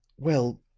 well,